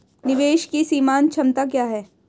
निवेश की सीमांत क्षमता क्या है?